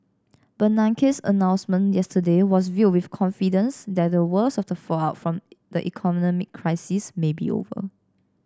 Bernanke's announcement yesterday was viewed with confidence that the worst of the fallout from the economic crisis may be over